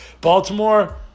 Baltimore